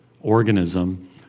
Organism